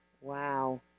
Wow